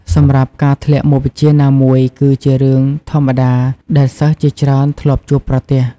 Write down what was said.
សម្រាប់ ការធ្លាក់មុខវិជ្ជាណាមួយ គឺជារឿងធម្មតាដែលសិស្សជាច្រើនធ្លាប់ជួបប្រទះ។